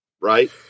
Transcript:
right